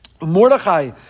Mordechai